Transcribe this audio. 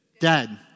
dead